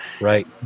right